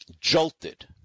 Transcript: jolted